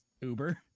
Uber